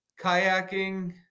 Kayaking